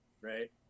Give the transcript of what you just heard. right